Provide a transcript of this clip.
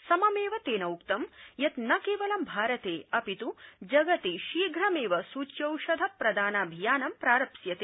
सममेव उक्तं यत् न केवलं भारते अपित् जगति शीघ्रमेव सूच्यौषध प्रदानाभियानं प्रारप्स्यते